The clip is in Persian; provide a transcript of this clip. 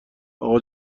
اقا